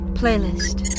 playlist